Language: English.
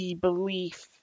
belief